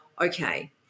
Okay